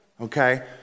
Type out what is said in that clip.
okay